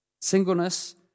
Singleness